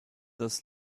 das